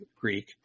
Greek